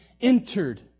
entered